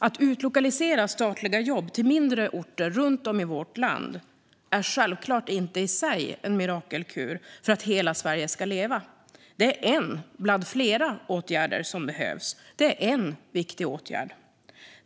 Att utlokalisera statliga jobb till mindre orter runt om i vårt land är självklart inte i sig en mirakelkur för att hela Sverige ska leva. Det är en bland flera åtgärder som behövs. Det är en viktig åtgärd.